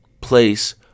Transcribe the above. Place